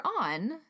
on